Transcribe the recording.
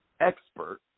expert